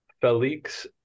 Felix